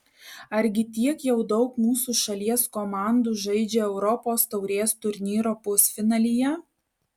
argi tiek jau daug mūsų šalies komandų žaidžia europos taurės turnyro pusfinalyje